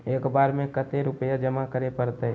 एक बार में कते रुपया जमा करे परते?